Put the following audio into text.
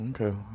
Okay